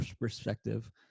perspective